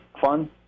fun